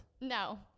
No